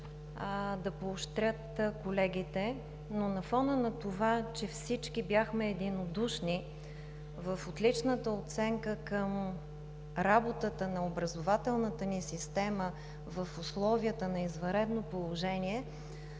да поощрят колегите. Но на фона на това, че всички бяхме единодушни в отличната оценка към работата на образователната ни система в условията на извънредно положение,